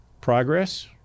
progress